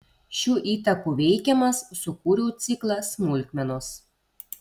šių įtakų veikiamas sukūriau ciklą smulkmenos